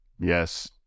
Yes